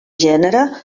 gènere